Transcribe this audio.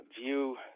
view